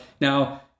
now-